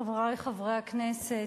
חברי חברי הכנסת,